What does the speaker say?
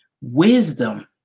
wisdom